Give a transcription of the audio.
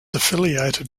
affiliated